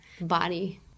body